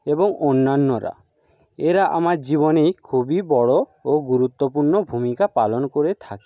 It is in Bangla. এবং অন্যান্যরা এরা আমার জীবনে খুবই বড় ও গুরুত্বপূর্ণ ভূমিকা পালন করে থাকে